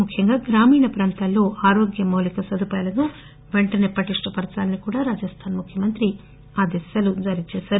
ముఖ్యంగా గ్రామీణ ప్రాంతాల్లో ఆరోగ్య మౌలిక సదుపాయాలను పెంటసే పటిష్ణ పరచాలని కూడా ముఖ్యమంత్రి ఆదేశాలు జారీ చేశారు